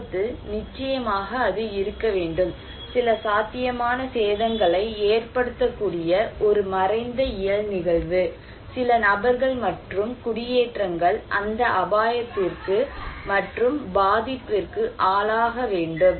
ஆபத்து நிச்சயமாக அது இருக்க வேண்டும் சில சாத்தியமான சேதங்களை ஏற்படுத்தக்கூடிய ஒரு மறைந்த இயல் நிகழ்வு சில நபர்கள் மற்றும் குடியேற்றங்கள் அந்த அபாயத்திற்கு மற்றும் பாதிப்பிற்கு ஆளாக வேண்டும்